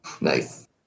Nice